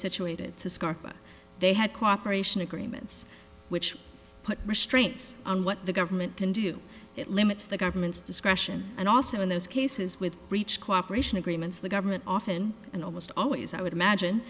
scarpa they had cooperation agreements which put restraints on what the government can do it limits the government's discretion and also in those cases with breach cooperation agreements the government often and almost always i would imagine